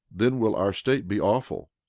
then will our state be awful,